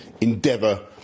endeavour